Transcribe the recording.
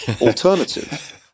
alternative